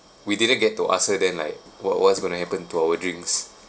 we didn't get to ask her then like what what's going to happen to our drinks